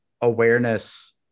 awareness